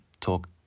talk